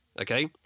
okay